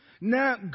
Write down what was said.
Now